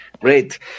Great